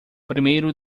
primeiro